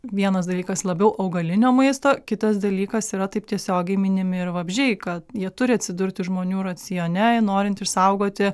vienas dalykas labiau augalinio maisto kitas dalykas yra taip tiesiogiai minimi ir vabzdžiai kad jie turi atsidurti žmonių racione norint išsaugoti